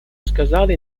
сказали